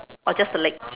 or just the leg